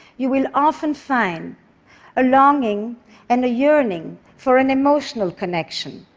you will often find a longing and a yearning for an emotional connection,